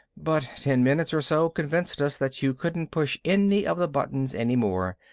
but ten minutes or so convinced us that you couldn't push any of the buttons any more,